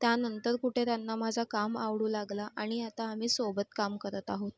त्यानंतर कुठे त्यांना माझा काम आवडू लागला आणि आता आम्ही सोबत काम करत आहोत